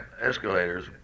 Escalators